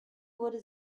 wurde